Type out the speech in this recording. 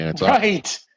Right